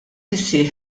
iseħħ